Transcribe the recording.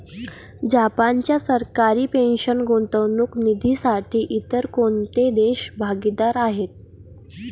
जपानच्या सरकारी पेन्शन गुंतवणूक निधीसाठी इतर कोणते देश भागीदार आहेत?